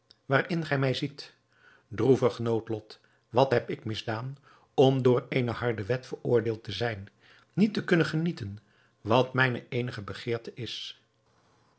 waarin gij mij ziet droevig noodlot wat heb ik misdaan om door eene harde wet veroordeeld te zijn niet te kunnen genieten wat mijne eenige begeerte is